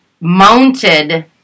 mounted